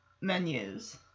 menus